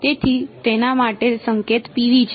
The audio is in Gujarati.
તેથી તેના માટે સંકેત PV છે